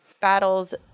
battles